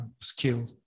skill